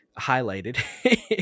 highlighted